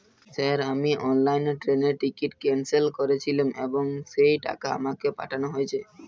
Sir আমি অনলাইনে ট্রেনের টিকিট ক্যানসেল করেছিলাম এবং সেই টাকা আমাকে পাঠানো হয়েছে?